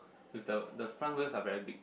with the the front wheels are very big